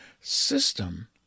system